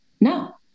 No